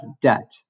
debt